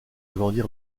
agrandir